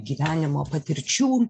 gyvenimo patirčių